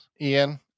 Ian